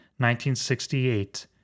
1968